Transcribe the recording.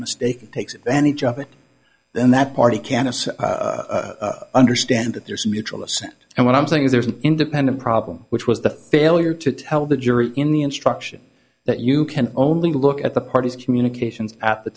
a mistake and takes advantage of it then that party can assume understand that there's mutual assent and what i'm saying is there's an independent problem which was the failure to tell the jury in the instruction that you can only look at the parties communications at the